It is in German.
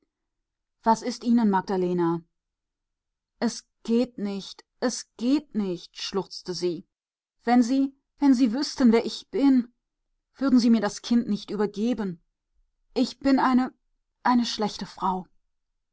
was ist ihnen magdalena es geht nicht es geht nicht schluchzte sie wenn sie wenn sie wüßten wer ich bin würden sie mir das kind nicht übergeben ich bin eine eine schlechte frau